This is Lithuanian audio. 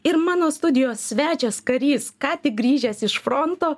ir mano studijos svečias karys ką tik grįžęs iš fronto